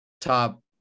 top